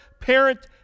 parent